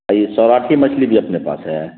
بھئی سوراٹھی مچھلی بھی اپنے پاس ہے